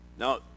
Now